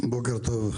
בוקר טוב,